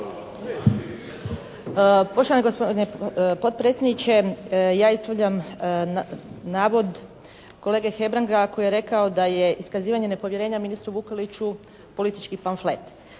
Poštovani gospodine potpredsjedniče. Ja ispravljam navod kolege Hebranga koji je rekao da je iskazivanje nepovjerenja ministru Vukeliću politički pamflet.